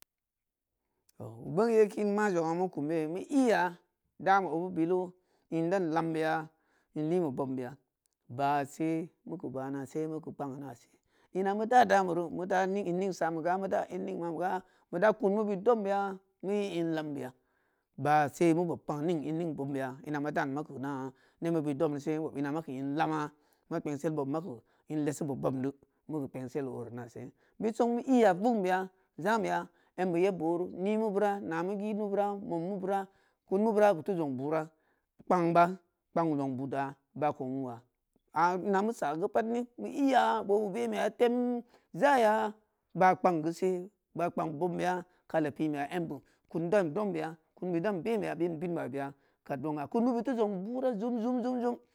Tooh booyekin ma zong’a meu kum ye meu iya da me obu bilu in dan lambeya in lin be bobbeya baah se mou keu baah nase meu keu kpang nase ina meu da dameru meu da in in ning same ga meu da in ning ma me ga m da kun meu beud dombeya meu i in lambeya baahso meu bob kpang ining bobm beya ina ma dan makeu naà neb meu beud domdi se ma kpengsel bobm makeu in teesube bobmdu meu keu kpengsel ori nase meu song meu iya vugnbeya zameya embe yeb booru nimeu bura naameugidmeu beura mom meu beura kun meu beura beu teu zong burah kpangba kpang zong budda baah kou nwuuya aa ina meu saru pat ne meu iya bobe bein beya temu jaya baah kpang geu she baah kpang bobm beya kali pimbeya embe kun dan dom beya kunbeud dan be meya bid binna beya kadwong’a kunmeu beud teu zpng bura jum jum jum jum